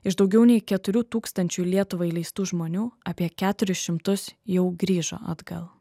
iš daugiau nei keturių tūkstančių į lietuvą įleistų žmonių apie keturis šimtus jau grįžo atgal